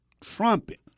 trumpet